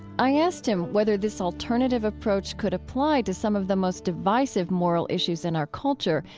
i asked him whether this alternative approach could apply to some of the most divisive moral issues in our culture,